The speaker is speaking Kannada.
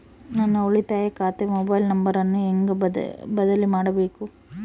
ನನ್ನ ಉಳಿತಾಯ ಖಾತೆ ಮೊಬೈಲ್ ನಂಬರನ್ನು ಹೆಂಗ ಬದಲಿ ಮಾಡಬೇಕು?